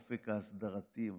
האופק ההסדרתי,